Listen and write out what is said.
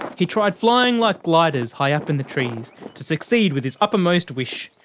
he tried flying like gliders, high up in the trees to succeed with his uppermost wish.